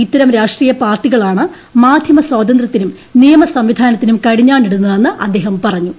ഇത്തരം രാഷ്ട്രീയ പാർട്ടികളാണ് മാധ്യമ സ്വാതന്ത്യത്തിനും നിയമ സംവിധാനത്തിനും കടിഞ്ഞാണിടുന്നതെന്ന് അദ്ദേഹം പറഞ്ഞു